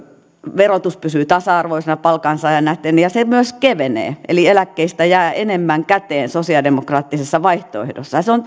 verotus pysyy tasa arvoisena palkansaajaan nähden ja se myös kevenee eli eläkkeistä jää enemmän käteen sosialide mokraattisessa vaihtoehdossa se on